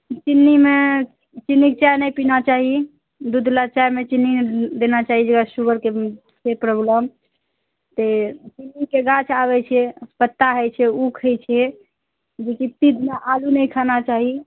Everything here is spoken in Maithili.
चिन्नीमे चिन्नीके चाय नहि पीना चाही दूधवला चायमे चिन्नी नहि देना चाही जकरा शुगरके छै प्रॉब्लम तऽ चिन्नीके गाछ आबय छै पत्ता होइ छै उख होइ छै जे कि पीधमे आलू नहि खाना चाही